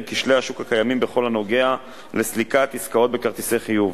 עם כשלי השוק הקיימים בכל הנוגע לסליקת עסקאות בכרטיסי חיוב.